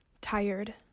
tired